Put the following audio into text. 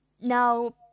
Now